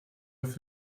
auf